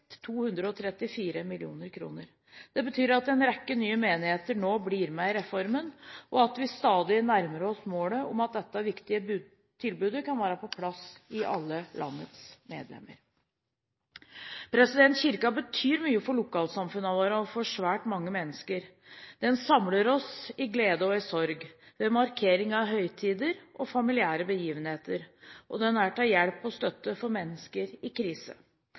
234 mill. kr. Det betyr at en rekke nye menigheter nå blir med i reformen, og at vi stadig nærmer oss målet om at dette viktige tilbudet kan være på plass i alle landets menigheter. Kirken betyr mye for lokalsamfunnene våre og for svært mange mennesker. Den samler oss i glede og i sorg, ved markering av høytider og familiære begivenheter, og den er til hjelp og støtte for mennesker i krise.